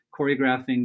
choreographing